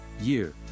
Year